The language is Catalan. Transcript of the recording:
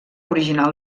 original